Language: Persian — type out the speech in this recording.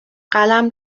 قلم